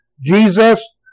Jesus